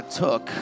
took